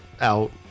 out